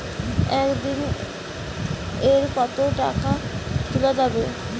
একদিন এ কতো টাকা তুলা যাবে?